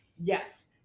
Yes